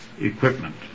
equipment